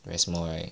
very small right